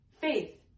faith